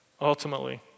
ultimately